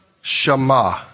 Shema